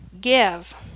give